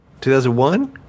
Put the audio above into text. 2001